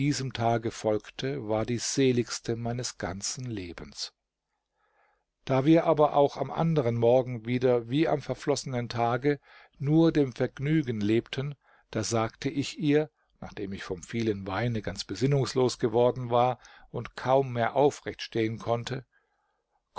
tage folgte war die seligste meines ganzes lebens da wir aber auch am anderen morgen wieder wie am verflossenen tage nur dem vergnügen lebten da sagte ich ihr nachdem ich vom vielen weine ganz besinnungslos geworden war und kaum mehr aufrecht stehen konnte